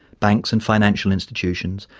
banks and financial institutions,